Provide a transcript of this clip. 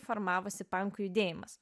formavosi pankų judėjimas